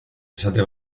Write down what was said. esate